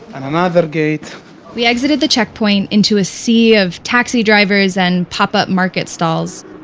and another gate we exited the checkpoint into a sea of taxi drivers and pop-up market stalls.